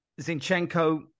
Zinchenko